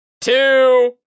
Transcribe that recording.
two